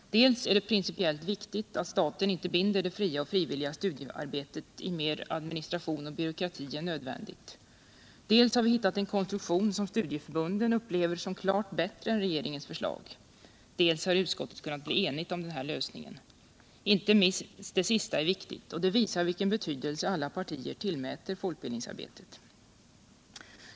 Dels är det principiellt viktigt att staten inte binder det fria och frivilliga studiearbetet i mer administration och byråkrati än nödvändigt. Dels har vi hittat en konstruktion som studieförbunden upplever som klart bättre än regeringens förslag. Dels har utskottet kunnat bli enigt om denna lösning. Inte minst det sista är viktigt, och det visar vilken betydelse alla partier tillmäter folkbildningsarbetet.